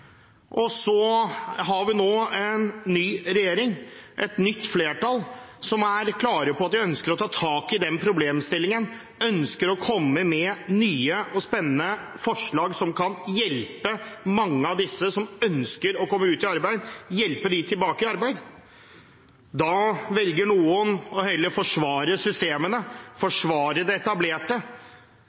Så har vi nå en ny regjering, et nytt flertall, som er klare på at de ønsker å ta tak i den problemstillingen, og ønsker å komme med nye og spennende forslag som kan hjelpe mange av dem som ønsker å komme ut i arbeid, tilbake i arbeid. Da velger noen heller å forsvare systemene, forsvare det etablerte.